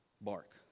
bark